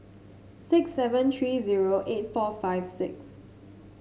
six seven three zero eight four five six